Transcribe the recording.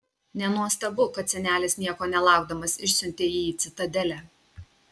nenuostabu kad senelis nieko nelaukdamas išsiuntė jį į citadelę